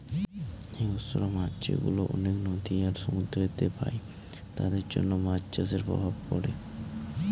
হিংস্র মাছ যেগুলা অনেক নদী আর সমুদ্রেতে পাই তাদের জন্য মাছ চাষের প্রভাব পড়ে